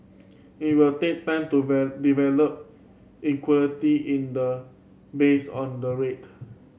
it will take time to develop liquidity in the based on the rate